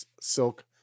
silk